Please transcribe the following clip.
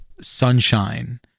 sunshine